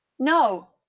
no,